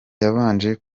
yabanje